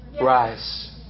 rise